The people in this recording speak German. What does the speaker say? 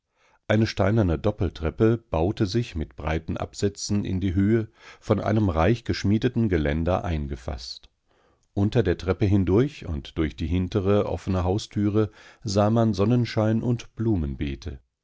eine steinerne doppeltreppe baute sich mit breiten absätzen in die höhe von einem reich geschmiedeten geländer eingefaßt unter der treppe hindurch und durch die hintere offene haustüre sah man sonnenschein und blumenbeete